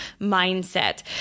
mindset